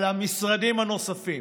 על המשרדים הנוספים.